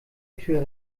tür